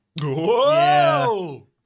Whoa